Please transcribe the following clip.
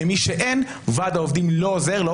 למי שאין ועד העובדים לא עוזר לו